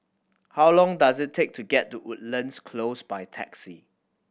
how long does it take to get to Woodlands Close by taxi